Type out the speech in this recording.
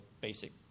basic